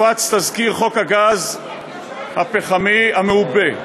הופץ תזכיר חוק הגז הפחמני המעובה.